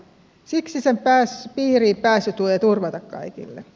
siksi sen piiriin pääsy tulee turvata kaikille